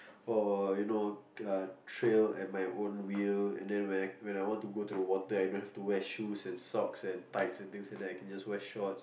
or you know a trial at my own will and then when when I want to go the water I don't have to wear shoes and socks and tights and things like that I can just wear shorts